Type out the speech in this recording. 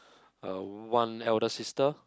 uh one elder sister